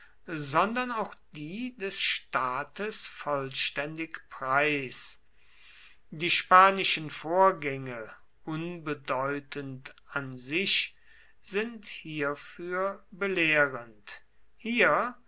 sondern auch die des staates vollständig preis die spanischen vorgänge unbedeutend an sich sind hierfür belehrend hier